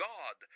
God